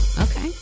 Okay